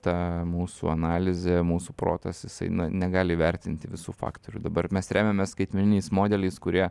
ta mūsų analizė mūsų protas jisai negali įvertinti visų faktorių dabar mes remiamės skaitmeniniais modeliais kurie